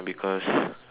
because